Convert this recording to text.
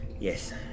Yes